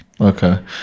Okay